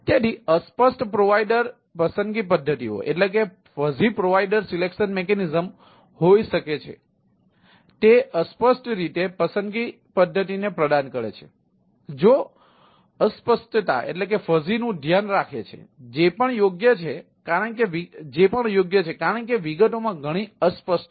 તેથી અસ્પષ્ટ પ્રોવાઇડર પસંદગી પદ્ધતિઓનું ધ્યાન રાખે છે જે પણ યોગ્ય છે કારણ કે વિગતોમાં ઘણી અસ્પષ્ટતા છે